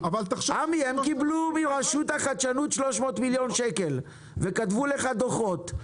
הם קיבלו מרשות החדשנות 300 מיליון שקל וכתבו לך דוחות.